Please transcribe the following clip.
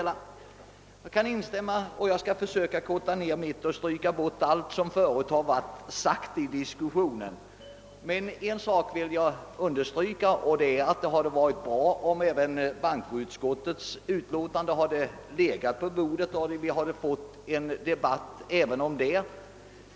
Jag skall försöka göra mitt inlägg kort och undvika att ta upp vad som sagts tidigare. Jag vill emellertid understryka att det hade varit bra om också bankoutskottets utlåtanden i dag hade legat på riksdagens bord, så att vi hade kunnat debattera även dem.